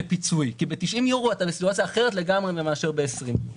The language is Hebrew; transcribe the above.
ב-90 יורו זה אחרת לגמרי מאשר ב-20.